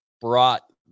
brought